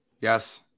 Yes